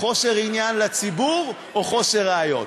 חוסר עניין לציבור או חוסר ראיות.